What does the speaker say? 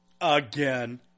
Again